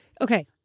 Okay